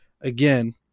again